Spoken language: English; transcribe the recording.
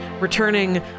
returning